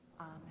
Amen